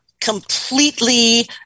completely